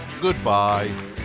goodbye